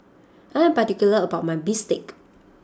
I am particular about my Bistake